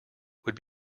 would